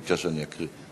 נתקבל.